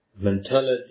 mentality